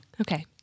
Okay